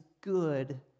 good